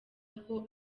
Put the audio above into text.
aho